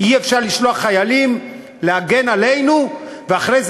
אי-אפשר לשלוח חיילים להגן עלינו ואחרי זה